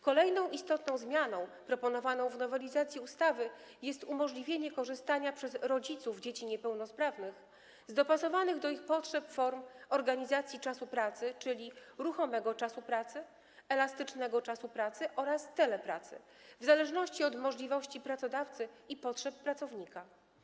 Kolejną istotną zmianą proponowaną w nowelizacji ustawy jest umożliwienie rodzicom dzieci niepełnosprawnych korzystania z dopasowanych do ich potrzeb form organizacji czasu pracy, czyli ruchomego czasu pracy, elastycznego czasu pracy oraz telepracy, w zależności od możliwości pracodawcy i potrzeb pracownika.